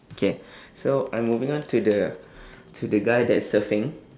okay so I'm moving on to the to the guy that is surfing